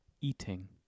Eating